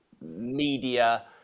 media